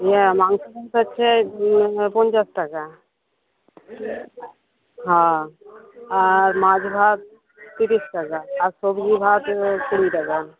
ইয়ে মাংস হচ্ছে পঞ্চাশ টাকা হ্যাঁ আর মাছ ভাত ত্রিশ টাকা আর সবজি ভাত কুড়ি টাকা